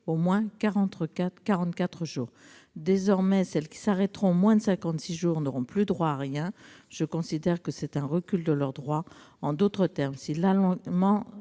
au moins 44 jours. Désormais, celles qui s'arrêteront moins de 56 jours n'auront plus droit à rien. Je considère que c'est un recul de leurs droits. En d'autres termes, si l'alignement